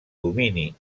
domini